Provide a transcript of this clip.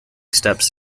steps